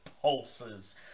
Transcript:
pulses